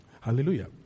Hallelujah